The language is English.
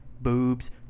Boobs